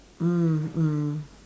mm mm